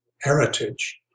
heritage